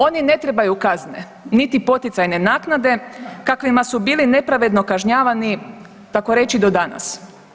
Oni ne trebaju kazne niti poticajne naknade, kakvima su bili nepravedno kažnjavani, tako reći do danas.